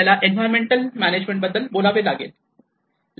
आपल्याला environmental management बद्दल बोलावे लागेल